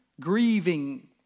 grieving